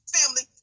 family